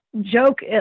joke